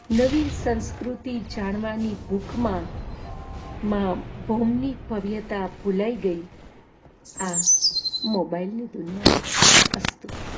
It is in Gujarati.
નવી સંસ્કૃતિ જાણવાની ભૂખમાં ભોમની ભવ્યતા ભુલાઈ ગઈ આ મોબાઇલની દુનિયામાં અસ્તુ